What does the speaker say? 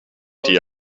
die